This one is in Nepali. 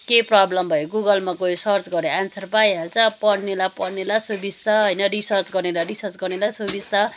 के प्रोब्लम भयो गुगलमा गयो सर्च गऱ्यो एन्सर पाइहाल्छ अब पढ्नेलाई पढ्नेलाई सुबिस्ता होइन रिसर्च गर्नेलाई रिसर्च गर्नेलाई सुबिस्ता